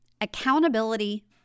accountability